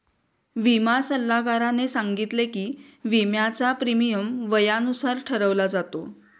विमा सल्लागाराने सांगितले की, विम्याचा प्रीमियम वयानुसार ठरवला जातो